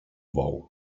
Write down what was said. bou